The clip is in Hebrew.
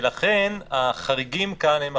ולכן, החריגים כאן הם החשובים.